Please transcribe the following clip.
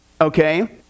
okay